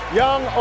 young